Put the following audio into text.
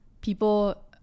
people